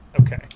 Okay